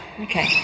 okay